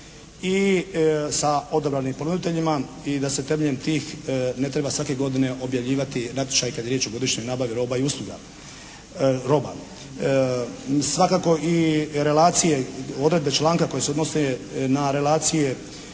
i sa odabranim ponuditeljima i da se temeljem tih ne treba svake godine objavljivati natječaj kad je riječ o godišnjoj nabavi roba i usluga, roba. Svakako i relacije, odredbe članka koje se odnose na relacije